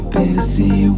busy